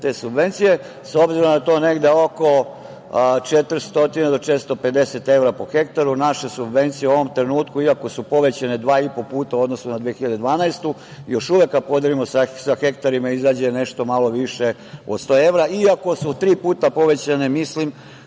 te subvencije, s obzirom da je to negde oko 400 do 450 evra po hektaru, naše subvencije u ovom trenutku, iako su povećane dva i po puta u odnosu na 2012. godinu, još uvek ako podelimo sa hektarima izađe nešto malo više od 100 evra. Iako su tri puta povećane, mislim